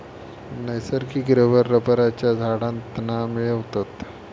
नैसर्गिक रबर रबरच्या झाडांतना मिळवतत